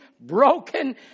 broken